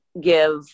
give